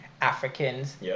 Africans